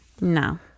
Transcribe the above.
no